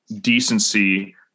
decency